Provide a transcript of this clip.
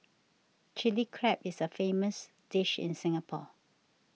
Chilli Crab is a famous dish in Singapore